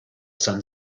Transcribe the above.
sun